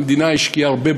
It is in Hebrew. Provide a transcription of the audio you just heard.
המדינה השקיעה הרבה,